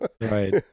right